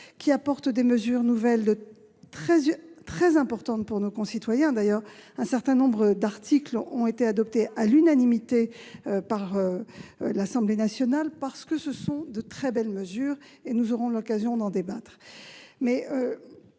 Il comprend des mesures nouvelles très importantes pour nos concitoyens. Un certain nombre d'articles ont été adoptés à l'unanimité par l'Assemblée nationale, car ils comprennent de très belles mesures. Nous aurons l'occasion d'en débattre.